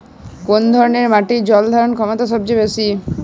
কোন ধরণের মাটির জল ধারণ ক্ষমতা সবচেয়ে বেশি?